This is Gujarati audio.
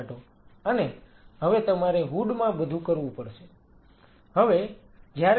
અને હવે તમારે હૂડ માં બધું કરવું પડશે